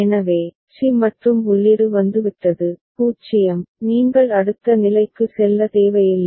எனவே சி மற்றும் உள்ளீடு வந்துவிட்டது 0 நீங்கள் அடுத்த நிலைக்கு செல்ல தேவையில்லை